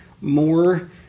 more